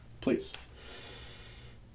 Please